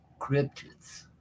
cryptids